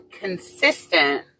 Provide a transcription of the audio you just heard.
consistent